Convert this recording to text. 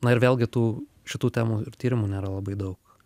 na ir vėlgi tų šitų temų ir tyrimų nėra labai daug